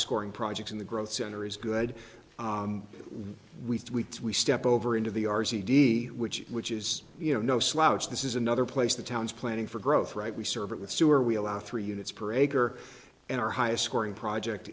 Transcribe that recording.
scoring projects in the growth center is good we we step over into the r c d which which is you know no slouch this is another place the towns planning for growth right we serve it with sewer we allow three units per acre and our highest scoring project